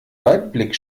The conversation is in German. waldblick